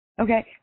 Okay